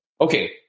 Okay